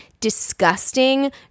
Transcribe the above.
disgusting